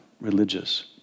religious